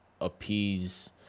appease